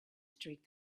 streak